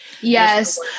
yes